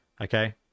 okay